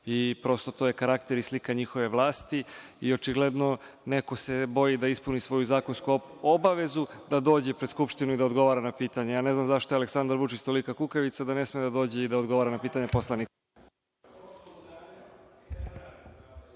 Prosto, to je karakter i slika njihove vlasti. Očigledno se neko boji da ispuni svoju zakonsku obavezu, da dođe pred Skupštinu i da odgovara na pitanja. Ne znam zašto je Aleksandar Vučić tolika kukavica da ne sme da dođe i da odgovara na pitanja poslanika.